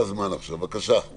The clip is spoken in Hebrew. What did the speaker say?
בזה זה מסתיים.